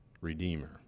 Redeemer